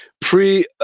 pre